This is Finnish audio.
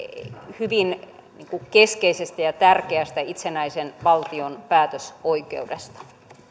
hyvin keskeisestä ja tärkeästä itsenäisen valtion päätösoikeudesta